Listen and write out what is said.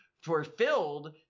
fulfilled